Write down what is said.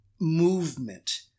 movement